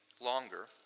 longer